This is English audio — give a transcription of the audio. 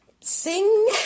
sing